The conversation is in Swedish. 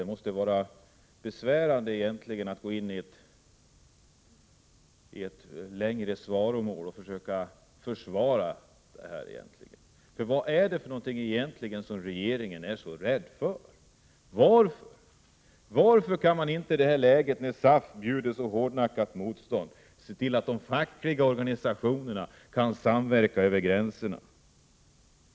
Det måste vara besvärande att gå in i ett längre svaromål på den punkten. Vad är det egentligen regeringen är så rädd för? Varför kan man inte i det här läget, när SAF bjuder så hårdnackat motstånd, se till att de fackliga organisationerna kan samverka över gränserna?